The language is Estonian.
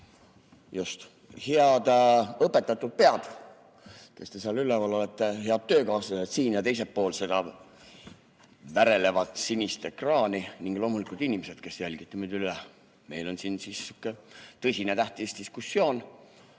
Just. Head õpetatud pead, kes te seal üleval olete! Head töökaaslased siin ja teisel pool seda värelevat sinist ekraani ning loomulikult inimesed, kes te jälgite meid üle [interneti]! Meil on siin sihuke tõsine ja tähtis diskussioon.